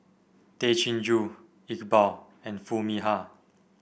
Tay Chin Joo Iqbal and Foo Mee Har